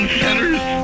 centers